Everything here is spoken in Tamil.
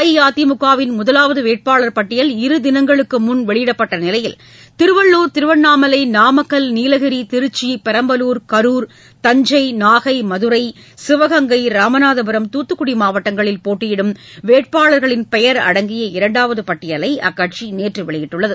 அஇஅதிமுகவின் முதவாவது வேட்பாளர் பட்டியல் இருதினங்களுக்கு முன் வெளியிடப்பட்ட நிலையில் திருவள்ளுர் திருவண்ணாமலை நாமக்கல் நீலகிரி திருச்சி பெரம்பலூர் கருர் தஞ்சை நாகை மதுரை சிவகங்கை ராமநாதபுரம் துத்துக்குடி மாவட்டங்களில் போட்டியிடும் வேட்பாளர்களின் பெயர் அடங்கிய இரண்டாவது பட்டியலை அக்கட்சி நேற்று வெளியிட்டுள்ளது